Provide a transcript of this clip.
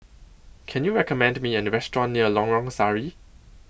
Can YOU recommend Me A Restaurant near Lorong Sari